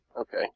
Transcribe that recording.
Okay